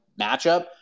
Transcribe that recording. matchup